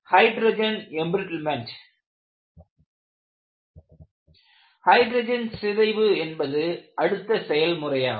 hydrogen embrittlement hydrogen சிதைவு என்பது அடுத்த செயல் முறையாகும்